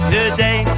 Today